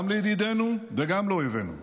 גם לידידינו וגם לאויבינו,